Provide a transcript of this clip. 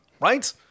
Right